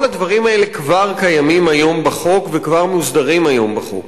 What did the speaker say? כל הדברים האלה כבר קיימים היום בחוק וכבר מוסדרים היום בחוק.